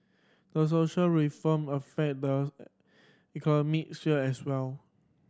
a social reform affect the economy sphere as well